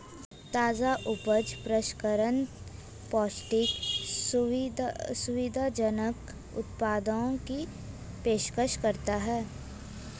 ताजा उपज प्रसंस्करण पौष्टिक, सुविधाजनक उत्पादों की पेशकश करता है